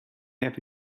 have